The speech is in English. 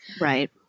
Right